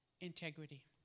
integrity